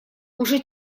уже